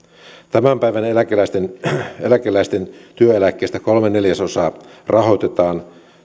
tämän päivän eläkeläisten eläkeläisten työeläkkeistä kolme neljäsosaa rahoitetaan